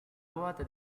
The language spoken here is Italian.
ruota